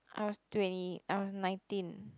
I was twenty I was nineteen